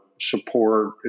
support